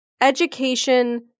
education